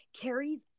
Carrie's